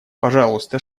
пожалуйста